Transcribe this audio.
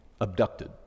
abducted